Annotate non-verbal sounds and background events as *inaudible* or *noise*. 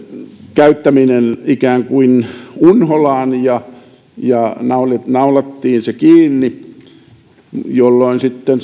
käyttäminen ikään kuin unholaan ja ja naulattiin se kiinni jolloin sitten *unintelligible*